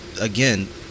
again